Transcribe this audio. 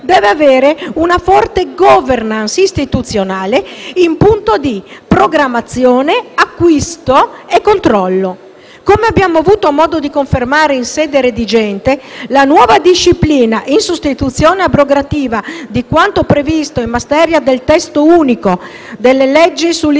deve avere una forte *governance* istituzionale in punto di programmazione, acquisto e controllo. Come abbiamo avuto modo di confermare in sede redigente, la nuova disciplina - in sostituzione e abrogativa di quanto previsto in materia dal testo unico delle leggi sull'istruzione